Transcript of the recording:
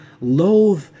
loathe